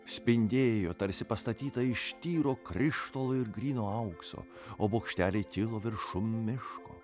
spindėjo tarsi pastatyta iš tyro krištolo ir gryno aukso o bokšteliai kilo viršum miško